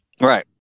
right